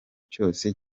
cyose